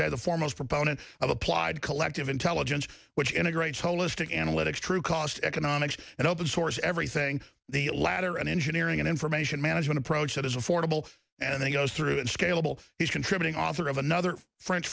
today the foremost proponent of applied collective intelligence which integrates holistic analytics true cost economics and open source everything the latter an engineering and information management approach that is affordable and then goes through and scalable he's contributing author of another frien